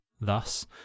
Thus